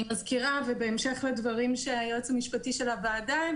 בהמשך לדברים שהבהיר היועץ המשפטי לוועדה,